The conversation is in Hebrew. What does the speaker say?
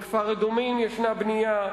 בכפר-אדומים יש בנייה,